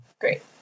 Great